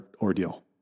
ordeal